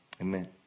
Amen